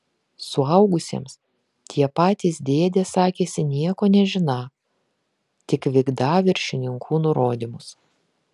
suaugusiems tie patys dėdės sakėsi nieko nežiną tik vykdą viršininkų nurodymus